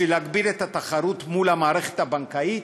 בשביל להגביל את התחרות מול המערכת הבנקאית?